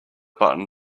button